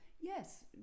Yes